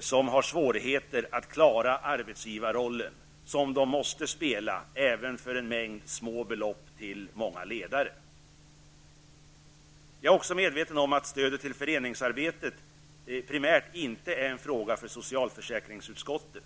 som har svårigheter att klara arbetsgivarrollen, som de måste spela även för en mängd små belopp till många ledare. Jag är också medveten om att stödet till föreningsarbetet primärt inte är en fråga för socialförsäkringsutskottet.